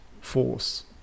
force